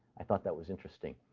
i thought that was interesting.